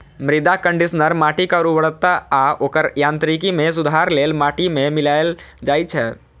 मृदा कंडीशनर माटिक उर्वरता आ ओकर यांत्रिकी मे सुधार लेल माटि मे मिलाएल जाइ छै